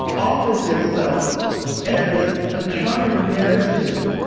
offers itself as a counter narrative.